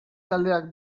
taldeak